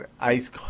ice